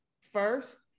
first